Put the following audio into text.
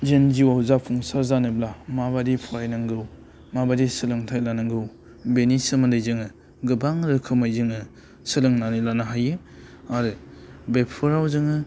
जों जिउवाव जाफुंसार जानोब्ला माबादि फरायनांगौ माबादि सोलोंथाइ लानांगौ बेनि सोमोन्दै जोङो गोबां रोखोमै जोङो सोलोंनानै लानो हायो आरो बेफोराव जोङो